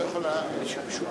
לגמלה למי שיצא את ישראל